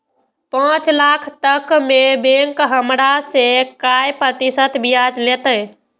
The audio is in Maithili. पाँच लाख तक में बैंक हमरा से काय प्रतिशत ब्याज लेते?